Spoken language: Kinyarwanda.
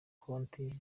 konti